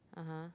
(uh huh)